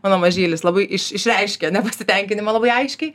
mano mažylis labai iš išreiškia nepasitenkinimą labai aiškiai